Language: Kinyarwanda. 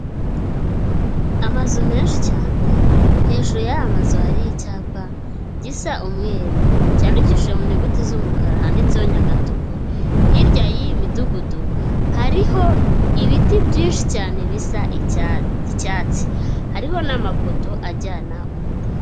Amazu menshi cyane, hejuru yaya mazu hariho icyapa gisa umweru cyandikishije mu nyuguti z'umukara handitseho Nyagavu, hirya y'iyi midugudu hariho ibiti byinshi cyane bisa icyatsi hariho n'amapoto ajyana umuriro.